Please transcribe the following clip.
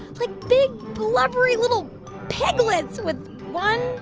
like, big, blubbery, little piglets with one,